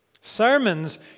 Sermons